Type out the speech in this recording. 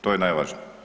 To je najvažnije.